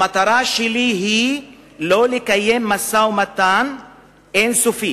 המטרה שלי היא לא לקיים משא-ומתן אין-סופי